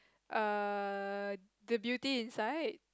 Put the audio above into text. err the Beauty Inside